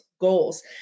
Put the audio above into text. goals